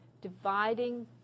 dividing